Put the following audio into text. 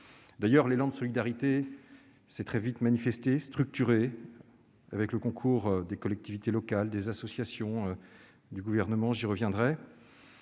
D'ailleurs, l'élan de solidarité s'est très vite manifesté et structuré, avec le concours des collectivités locales, des associations et du Gouvernement. Notre